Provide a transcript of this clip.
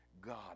God